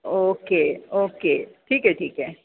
okay okay ठीक आहे ठीक आहे